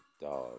dog